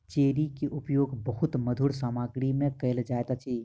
cherry के उपयोग बहुत मधुर सामग्री में कयल जाइत अछि